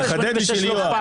אני מחדד בשביל יואב.